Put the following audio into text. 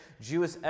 Jewish